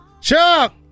Chuck